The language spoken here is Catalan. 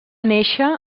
néixer